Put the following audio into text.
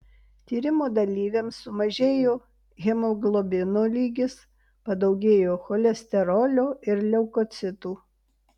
tyrimo dalyviams sumažėjo hemoglobino lygis padaugėjo cholesterolio ir leukocitų